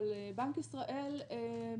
אבל בנק ישראל הוא